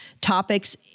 topics